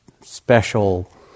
special